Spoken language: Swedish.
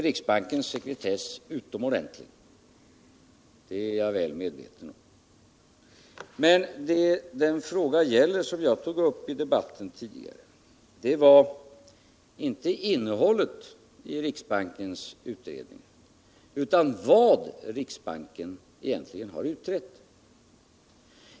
Riksbankens sekretess är utomordentiig och det är jag väl medveten om, men den fråga som jag 1og upp i debatten tidigare gällde inte innehållet i riksbankens utredning utan vad riksbanken egentligen har utrett.